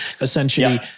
essentially